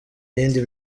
yindi